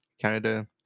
Canada